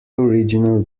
original